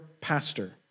pastor